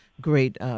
great